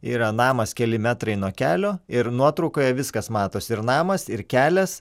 yra namas keli metrai nuo kelio ir nuotraukoje viskas matosi ir namas ir kelias